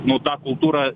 nu tą kultūrą